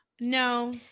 No